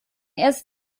erst